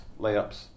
layups